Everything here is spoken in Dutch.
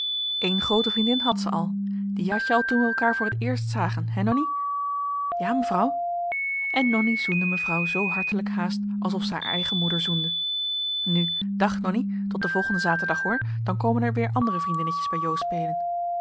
eén groote vriendin had ze al die had je al toen we elkaar voor t eerst zagen hè nonnie ja mevrouw en nonnie zoende mevrouw zoo hartelijk haast alsof ze haar eigen moeder zoende nu dag nonnie tot den volgenden zaterdag hoor dan komen er weer andere vriendinnetjes bij jo spelen